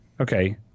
Okay